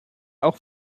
auch